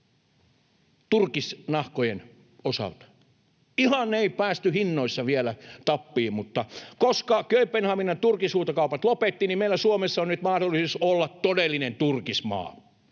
turkisnahkojen osalta. Ihan ei päästy hinnoissa vielä tappiin, mutta koska Kööpenhaminan turkishuutokaupat lopettivat, niin meillä Suomessa on nyt mahdollisuus olla todellinen turkismaa.